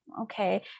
okay